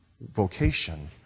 vocation